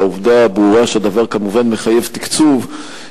והעובדה הברורה שהדבר כמובן מחייב תקצוב,